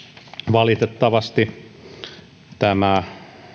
valitettavasti tämä